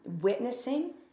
witnessing